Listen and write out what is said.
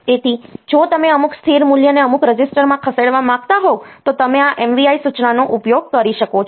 તેથી જો તમે અમુક સ્થિર મૂલ્યને અમુક રજીસ્ટરમાં ખસેડવા માંગતા હોવ તો તમે આ MVI સૂચનાનો ઉપયોગ કરી શકો છો